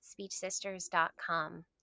SpeechSisters.com